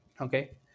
okay